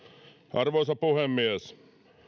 arvoisa puhemies